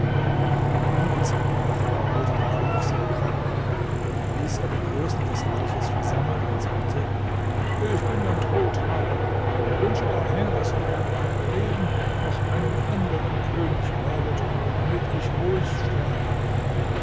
einige zeit nachher wurde der könig sehr krank da ließ er die großen des reiches versammeln und sagte ich bin dem tod nahe und wünsche daher daß ihr bei meinem leben noch einen anderen könig wählet damit ich ruhig sterbe